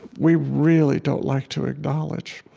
we really don't like to acknowledge.